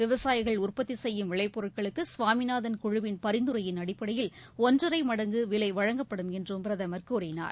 விவசாயிகள் உற்பத்தி செய்யும் விளைபொருட்களுக்கு சுவாமிநாதன் குழுவின் பரிந்துரையின் அடிப்படையில் ஒன்றரை மடங்கு விலை வழங்கப்படும் என்றும் பிரதமர் கூறினார்